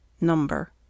Number